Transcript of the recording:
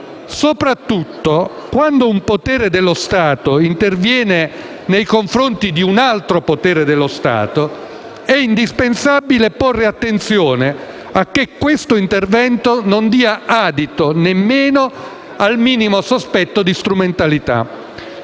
Soprattutto, quando un potere dello Stato interviene nei confronti di un altro potere dello Stato, è indispensabile porre attenzione a che tale intervento non dia adito nemmeno al minimo sospetto di strumentalità.